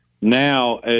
now